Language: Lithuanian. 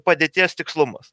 padėties tikslumas